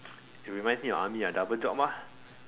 it reminds me of army ah double job ah